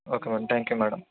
okay madam thank you madam